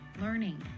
learning